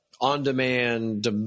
on-demand